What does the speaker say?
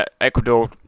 Ecuador